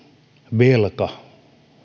velka